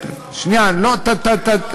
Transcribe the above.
אין לו סמכות.